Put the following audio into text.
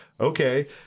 okay